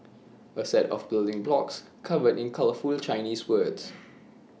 A set of building blocks covered in colourful Chinese words